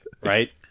right